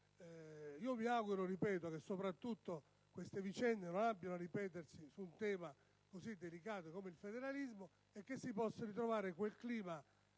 Mi auguro soprattutto che queste vicende non abbiano a ripetersi su un tema così delicato come il federalismo e che si possa ritrovare quel clima